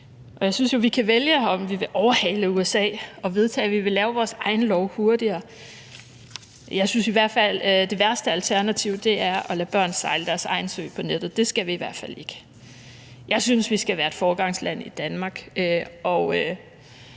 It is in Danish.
jeg synes jo, at vi kan vælge, om vi vil overhale USA og vedtage, at vi vil lave vores egen lov hurtigere. Jeg synes i hvert fald, at det værste alternativ er at lade børn sejle deres egen sø på nettet. Det skal vi i hvert fald ikke. Jeg synes, vi skal være et foregangsland i Danmark,